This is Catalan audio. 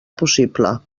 possible